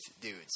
dudes